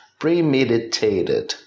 premeditated